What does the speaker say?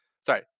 Sorry